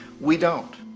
we don't.